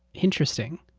interesting.